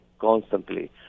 constantly